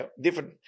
different